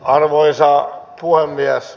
arvoisa puhemies